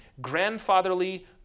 grandfatherly